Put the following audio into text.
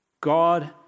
God